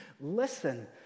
listen